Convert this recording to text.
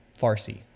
farsi